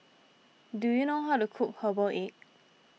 do you know how to cook Herbal Egg